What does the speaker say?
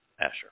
Asher